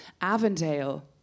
Avondale